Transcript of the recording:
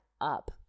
up